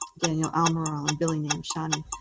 daniel almirall and billie nahum-shani.